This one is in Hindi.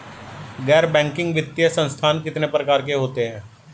गैर बैंकिंग वित्तीय संस्थान कितने प्रकार के होते हैं?